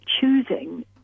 choosing